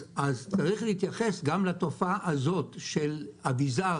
אז צריך להתייחס גם לתופעה הזאת של אביזר